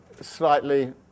slightly